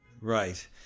Right